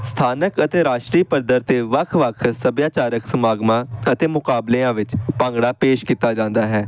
ਸਥਾਨਕ ਅਤੇ ਰਾਸ਼ਟਰੀ ਪੱਧਰ 'ਤੇ ਵੱਖ ਵੱਖ ਸੱਭਿਆਚਾਰਿਕ ਸਮਾਗਮਾਂ ਅਤੇ ਮੁਕਾਬਲਿਆਂ ਵਿੱਚ ਭੰਗੜਾ ਪੇਸ਼ ਕੀਤਾ ਜਾਂਦਾ ਹੈ